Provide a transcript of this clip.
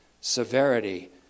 Severity